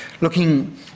looking